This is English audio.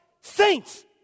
saints